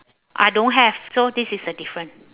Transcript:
I don't have so this is the difference